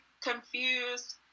confused